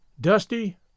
Dusty